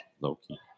Loki